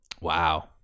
Wow